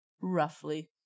Roughly